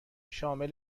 شامل